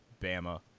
Bama